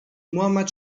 muhammad